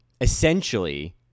essentially